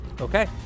Okay